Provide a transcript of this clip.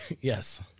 yes